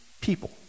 people